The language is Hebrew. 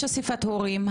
יש אספת הורים,